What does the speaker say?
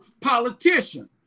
politician